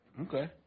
Okay